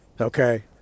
Okay